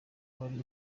wari